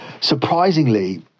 surprisingly